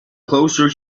closer